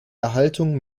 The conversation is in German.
erhaltung